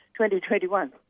2021